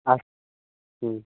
ᱟᱨ